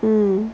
mmhmm